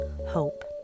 hope